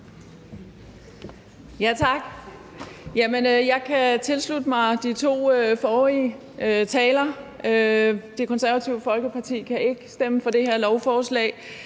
Tak. Jeg kan tilslutte mig de to forrige talere. Det Konservative Folkeparti kan ikke stemme for det her lovforslag.